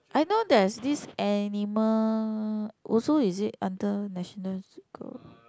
I know there is this animal also is it under National geographical